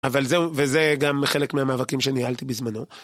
אבל זה, וזה גם חלק מהמאבקים שניהלתי בזמנו.